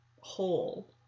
whole